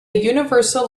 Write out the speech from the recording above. universal